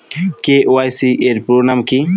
KYC এর পুরোনাম কী?